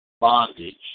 bondage